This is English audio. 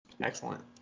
excellent